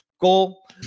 goal